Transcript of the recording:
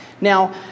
Now